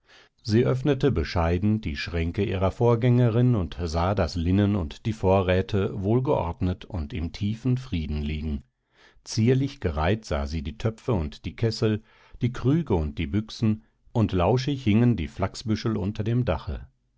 sie öffnete bescheiden die schränke ihrer vorgängerin und sah das linnen und die vorräte wohlgeordnet und im tiefen frieden liegen zierlich gereiht sah sie die töpfe und die kessel die krüge und die büchsen und lauschig hingen die flachsbüschel unter dem dache